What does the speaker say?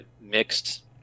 mixed